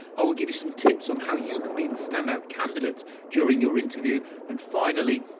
i will give you some tips on how you can be the standout candidate during your interview. and finally,